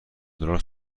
دلار